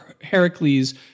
Heracles